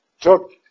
took